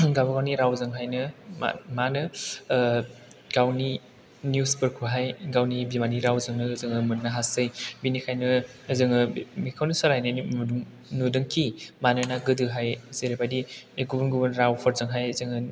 गावबागावनि रावजोंहायनो मा होनो ओ गावनि निउसफोरखौहाय गावनि बिमानि रावजोंनो जों मोननो हासै बिनिखायनो जों बिखौनो सोलायनाय नुदोंखि मानोना गोदोहाय जेरैबायदि गुबुन गुबुन रावफोरजोंहाय जों